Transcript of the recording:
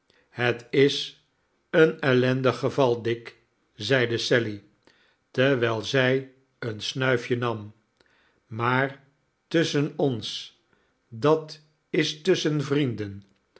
het is een ellendig geval dick zeide sally terwijl zij een snuifje nam maar tusschen ons dat is tusschen vrienden